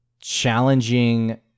challenging